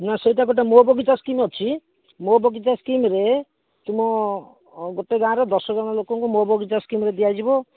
ନା ସେଇଟା ଗୋଟେ ମୋ ବଗିଚା ସ୍କିମ୍ ଅଛି ମୋ ବଗିଚା ସ୍କିମ୍ ରେ ତୁମ ଗୋଟେ ଗାଁ'ର ଦଶ ଜଣ ଲୋକଙ୍କୁ ମୋ ବଗିଚା ସ୍କିମ୍ ରେ ଦିଆଯିବ